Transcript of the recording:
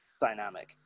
dynamic